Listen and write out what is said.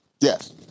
Yes